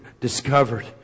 discovered